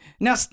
Now